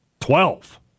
Twelve